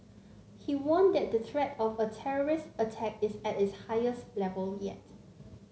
he warned that the threat of a terrorist attack is at its highest level yet